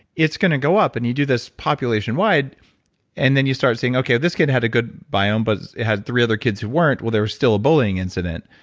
it's going to go up and you do this population wide and then you start saying, okay, this kid had a good biome, but three other kids who weren't well, there was still a bullying incident.